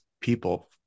people